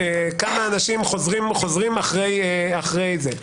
כמה אנשים חוזרים אחרי זה.